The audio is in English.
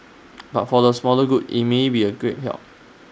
but for the smaller groups IT may be A great help